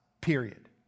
period